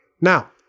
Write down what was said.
Now